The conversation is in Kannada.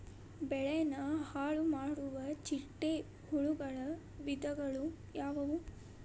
ಬೆಳೆನ ಹಾಳುಮಾಡುವ ಚಿಟ್ಟೆ ಹುಳುಗಳ ವಿಧಗಳು ಯಾವವು?